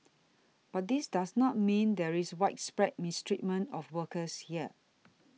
but this does not mean there is widespread mistreatment of workers here